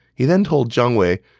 he then told jiang wei,